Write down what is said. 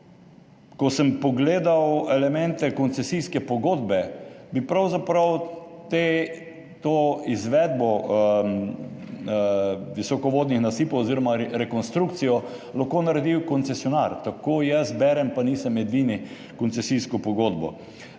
Ko sem pogledal elemente koncesijske pogodbe, pravzaprav bi to izvedbo visokovodnih nasipov oziroma rekonstrukcijo lahko naredil koncesionar, tako jaz berem, pa nisem edini, koncesijsko pogodbo.